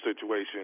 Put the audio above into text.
situation